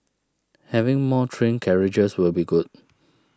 having more train carriages will be good